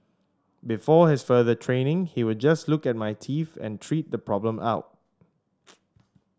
before his further training he would just look at my teeth and treat the problem out